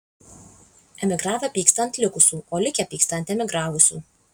emigravę pyksta ant likusių o likę pyksta ant emigravusių